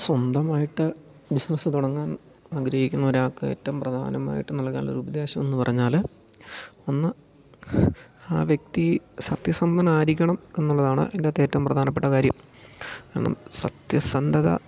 സ്വന്തമായിട്ട് ബിസിനസ് തുടങ്ങാൻ ആഗ്രഹിക്കുന്ന ഒരാൾക്ക് ഏറ്റവും പ്രധാനമായിട്ട് നല്കാനുള്ള ഒരു ഉപദേശമെന്ന് പറഞ്ഞാൽ ഒന്ന് ആ വ്യക്തി സത്യസന്ധനായിരിക്കണം എന്നുള്ളതാണ് ആയിന്റാത്ത് ഏറ്റവും പ്രധാനപ്പെട്ട കാര്യം കാരണം സത്യസന്ധത